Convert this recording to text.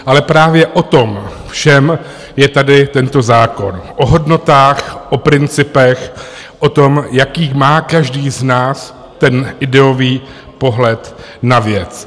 Ale právě o tom všem je tady tento zákon o hodnotách, o principech, o tom, jaký má každý z nás ten ideový pohled na věc.